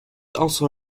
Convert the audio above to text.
also